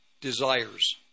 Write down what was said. desires